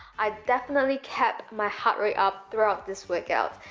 i definitely kept my heart rate up throughout this workout.